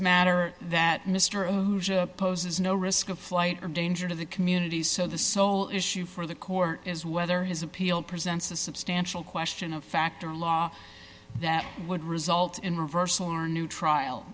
matter that mr poses no risk of flight or danger to the community so the sole issue for the court is whether his appeal presents a substantial question of fact or law that would result in reversal or new trial